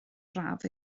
braf